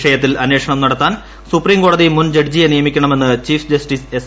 വിഷയത്തിൽ അന്വേഷണര് ക്ടത്താൻ സുപ്രീംകോടതി മുൻ ജഡ്ജിയെ നിയമിക്കണമെന്ന് ചീഫ് ജസ്റ്റീസ് എസ്